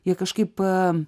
jie kažkaip am